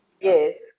Yes